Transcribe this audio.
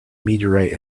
meteorite